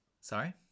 Sorry